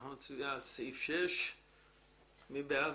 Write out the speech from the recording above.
אנחנו נצביע על סעיף 6. מי בעד?